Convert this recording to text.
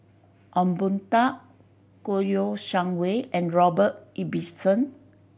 Ong Boon Tat Kouo Shang Wei and Robert Ibbetson